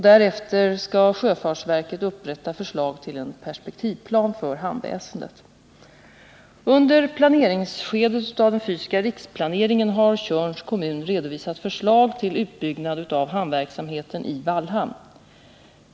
Därefter skall sjöfartsverket upprätta förslag till en perspektivplan för hamnväsendet. Under planeringsskedet av den fysiska riksplaneringen har Tjörns kommun redovisat förslag till utbyggnad av hamnverksamheten i Vallhamn.